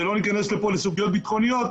שלא ניכנס כאן לסוגיות ביטחוניות,